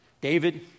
David